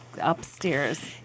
Upstairs